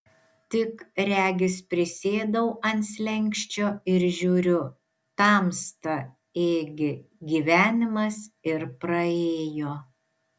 tik regis prisėdau ant slenksčio ir žiūriu tamsta ėgi gyvenimas ir praėjo